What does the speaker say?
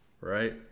right